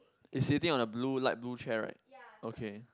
he's sitting on a blue light blue chair right okay